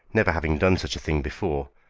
never having done such a thing before,